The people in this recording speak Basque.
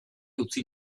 utzi